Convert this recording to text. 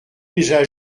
déjà